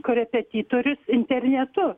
korepetitorius internetu